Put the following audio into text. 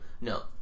No